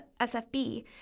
SFB